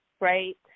right